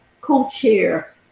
co-chair